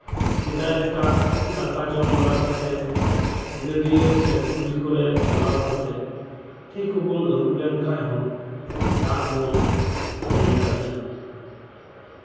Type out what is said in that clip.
ᱥᱮᱫᱟᱭ ᱞᱮᱠᱟ ᱫᱟᱠᱟ ᱡᱚᱢ ᱵᱟᱲᱟ ᱠᱟᱛᱮᱫ ᱜᱟᱹᱰᱭᱟ ᱥᱮ ᱯᱩᱠᱷᱨᱤ ᱠᱚᱨᱮᱫ ᱪᱟᱞᱟᱣ ᱠᱟᱛᱮᱫ ᱛᱤ ᱠᱚᱵᱚᱱ ᱟᱹᱨᱩᱵ ᱞᱮᱱᱠᱷᱟᱱ ᱦᱚᱸ ᱫᱟᱜ ᱠᱚᱵᱚᱱ ᱠᱚᱢ ᱫᱟᱲᱮᱭᱟᱜᱼᱟ